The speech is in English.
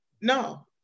no